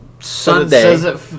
Sunday